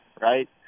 Right